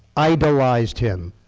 idolized him.